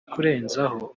kurenzaho